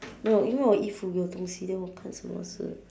no 因为我衣服有东西 then 我看什么事